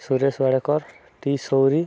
ସୁରେଶ ୱଡ଼କର ଟି ସୌରୀ